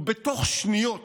ובתוך שניות